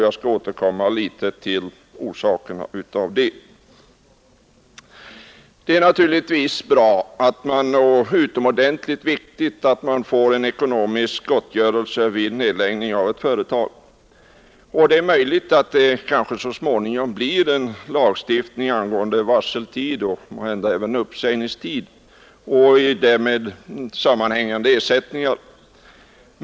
Jag skall återkomma litet till orsakerna till det. Det är naturligtvis utomordentligt viktigt att de anställda får en ekonomisk gottgörelse vid nedläggning av ett företag, och det är möjligt att det så småningom blir en lagstiftning angående varseltid och måhända även uppsägningstid och därmed sammanhängande ersättningar.